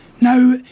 Now